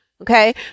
Okay